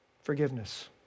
Forgiveness